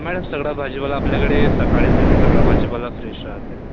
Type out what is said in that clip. madam सगळा भाजीपाला आपल्याकडे सकाळीच येते सगळा भाजीपाला फ्रेश राहते